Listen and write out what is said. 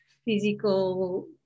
Physical